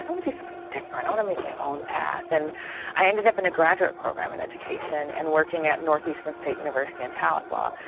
kind of do something different. i want to make my own path, and i ended up in a graduate program in education and working at northeastern state university in tahlequah,